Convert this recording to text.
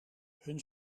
hun